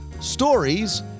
stories